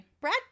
Brad